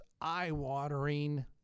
eye-watering